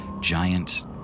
giant